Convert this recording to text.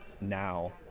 now